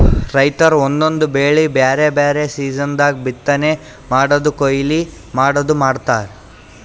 ರೈತರ್ ಒಂದೊಂದ್ ಬೆಳಿ ಬ್ಯಾರೆ ಬ್ಯಾರೆ ಸೀಸನ್ ದಾಗ್ ಬಿತ್ತನೆ ಮಾಡದು ಕೊಯ್ಲಿ ಮಾಡದು ಮಾಡ್ತಾರ್